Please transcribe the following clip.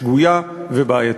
שגויה ובעייתית.